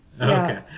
Okay